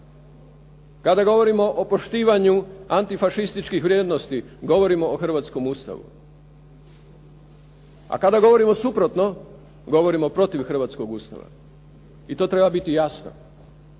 Kada govorimo o poštivanju antifašističkih vrijednosti govorimo o hrvatskom Ustavu a kada govorimo suprotno govorimo protiv hrvatskog Ustava. I to treba biti jasno.